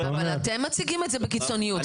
--- אבל אתם מציגים את זה בקיצוניות,